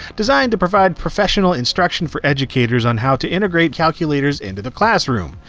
designed to provide professional instruction for educators on how to integrate calculators into the classroom.